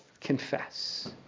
confess